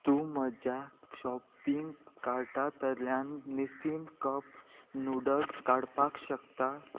तूं म्हज्या शॉपींग कार्टांतल्यान निसींत कप नुडल्स काडपाक शकता